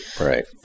right